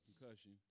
concussion